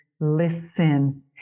Listen